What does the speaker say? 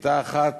וכיתה אחת